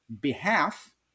behalf